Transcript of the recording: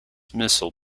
missile